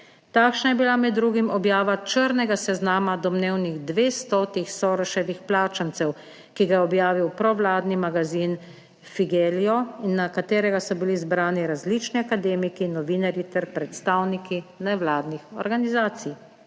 Takšna je bila med drugim objava črnega seznama domnevnih 200-ih Soroševih plačancev, ki ga je objavil provladni magazin Figelio, na katerega so bili zbrani različni akademiki in novinarji ter predstavniki nevladnih organizacij.